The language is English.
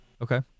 Okay